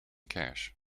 cash